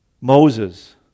Moses